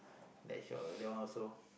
that is your that one also